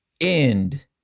end